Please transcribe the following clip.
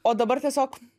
o dabar tiesiog